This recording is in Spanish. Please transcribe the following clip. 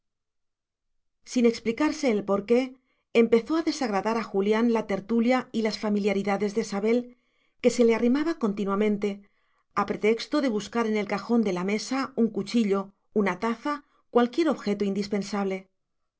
sin explicarse el porqué empezó a desagradar a julián la tertulia y las familiaridades de sabel que se le arrimaba continuamente a pretexto de buscar en el cajón de la mesa un cuchillo una taza cualquier objeto indispensable